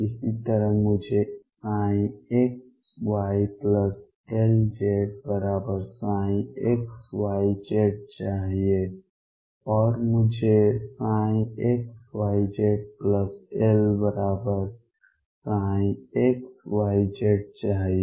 इसी तरह मुझे xyLzψxyz चाहिए और मुझे xyzLψxyz चाहिए